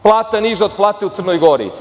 Plata je niža od plate u Crnoj Gori.